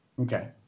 Okay